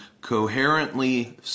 coherently